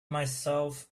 myself